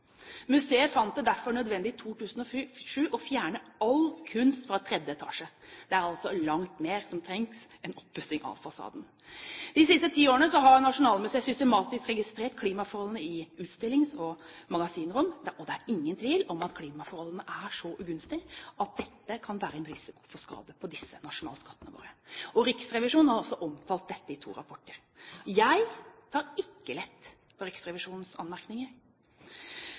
Museet fant det derfor nødvendig i 2007 å fjerne all kunst fra tredje etasje. Det er altså langt mer som trengs enn oppussing av fasaden. De siste ti årene har Nasjonalmuseet systematisk registrert klimaforholdene i utstillings- og magasinrom, og det er ingen tvil om at klimaforholdene er så ugunstige at dette kan være en risiko for skade på disse nasjonalskattene våre. Riksrevisjonen har også omtalt dette i to rapporter. Jeg tar ikke lett på Riksrevisjonens anmerkninger.